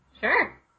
Sure